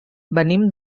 venim